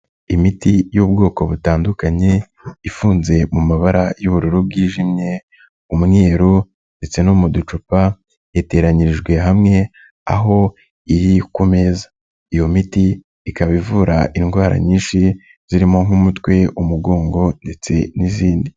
Imiti y'ubwoko butandukanye, ifunze mu mabara y'ubururu bwijimye, umweru ndetse no mu ducupa, yateranyirijwe hamwe aho iri ku meza. Iyo miti ikaba ivura indwara nyinshi zirimo nk'umutwe, umugongo ndetse n'izindi.